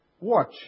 Watch